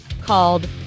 called